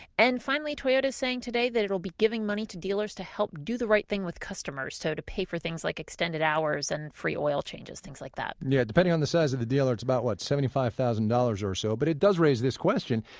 and finally, toyota is saying today that it will be giving money to dealers to help do the right thing with customers so to pay for things like extended hours, and free oil changes, things like that. yeah depending on the size of the deal, it's about what, seventy five thousand dollars or so. but it does raise this question,